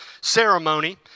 ceremony